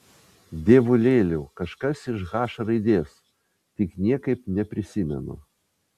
dievulėliau kažkas iš h raidės tik niekaip neprisimenu